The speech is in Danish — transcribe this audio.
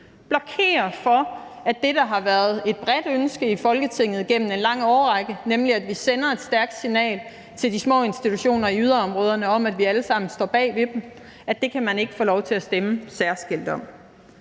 særskilt om det, der har været et bredt ønske i Folketinget gennem en lang årrække, nemlig at vi sender et stærkt signal til de små institutioner i yderområderne om, at vi alle sammen står bag ved dem. Det synes jeg er ærgerligt, og